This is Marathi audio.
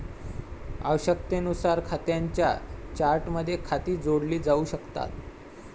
आवश्यकतेनुसार खात्यांच्या चार्टमध्ये खाती जोडली जाऊ शकतात